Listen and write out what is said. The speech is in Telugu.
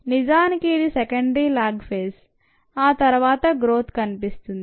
నిజానికి ఇది సెకండరీ ల్యాగ్ ఫేజ్ ఆ తర్వాత గ్రోత్ కనిపిస్తుంది